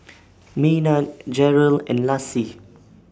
Maynard Jerel and Lassie